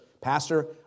pastor